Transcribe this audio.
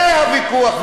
זה הוויכוח.